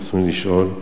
רצוני לשאול: